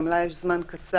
גם לה יש זמן קצר.